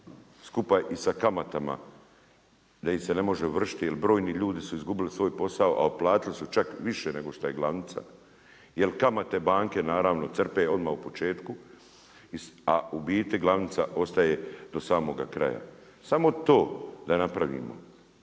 skupa i sa kamatama da ih se ne može ovršiti, jer brojni ljudi su izgubili svoj posao a otplatili su čak više nego što je glavnica. Jer kamate banke naravno crpe odmah u početku, a u biti glavnica ostaje do samoga kraja. Samo to da napravimo,